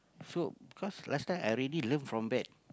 so cause last time I really learn from bad